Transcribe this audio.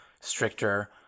stricter